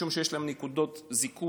משום שיש להם נקודות זיכוי.